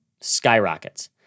skyrockets